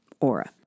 aura